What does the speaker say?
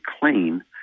clean